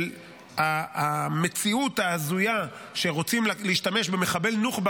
של המציאות ההזויה שבה רוצים להשתמש במחבל נוח'בה